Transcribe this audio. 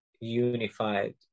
unified